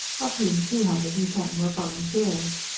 of whom two hundred and ten were volunteers.